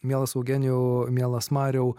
mielas eugenijau mielas mariau